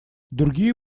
другие